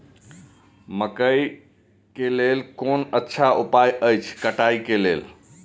मकैय के लेल कोन अच्छा उपाय अछि कटाई के लेल?